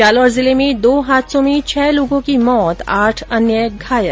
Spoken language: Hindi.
जालौर जिले में दो हादसों में छह लोगों की मौत आठ अन्य घायल